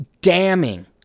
damning